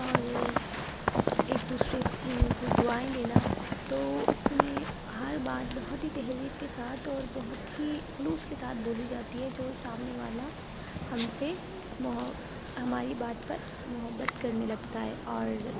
اور ایک دوسرے کو دعائیں دینا تو اس میں ہر بات بہت ہی تہذیب کے ساتھ اور بہت ہی خلوص کے ساتھ بولی جاتی ہے جو سامنے والا ہم سے محو ہماری بات پرمحبت کرنے لگتا ہے اور